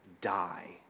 die